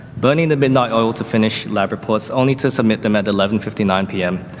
burning the midnight oil to finish lab reports only to submit them at eleven fifty nine p m.